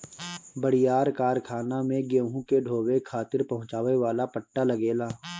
बड़ियार कारखाना में गेहूं के ढोवे खातिर पहुंचावे वाला पट्टा लगेला